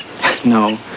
No